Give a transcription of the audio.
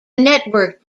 network